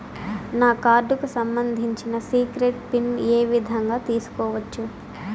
నా కార్డుకు సంబంధించిన సీక్రెట్ పిన్ ఏ విధంగా తీసుకోవచ్చు?